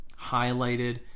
highlighted